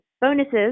bonuses